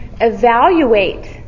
evaluate